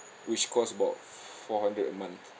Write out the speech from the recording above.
which cost about four hundred a month